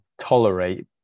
tolerate